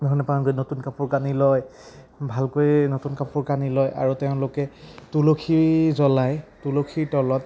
এনেধৰণে পালন কৰে নতুন কাপোৰ কানি লয় ভালকৈ নতুন কাপোৰ কানি লয় আৰু তেওঁলোকে তুলসী জ্বলাই তুলসীৰ তলত